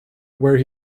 where